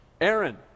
Aaron